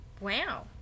Wow